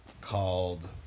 called